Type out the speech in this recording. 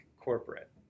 corporate